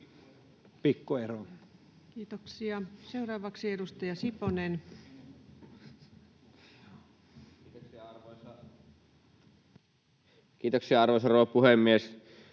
Pikku ero. Kiitoksia. — Seuraavaksi edustaja Siponen. Kiitoksia, arvoisa rouva puhemies!